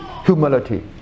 humility